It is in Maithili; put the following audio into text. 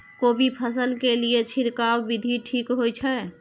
कोबी फसल के लिए छिरकाव विधी ठीक होय छै?